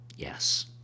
Yes